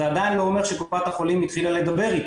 זה עדיין לא אומר שקופת החולים התחילה לדבר איתו.